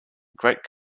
great